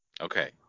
Okay